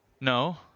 No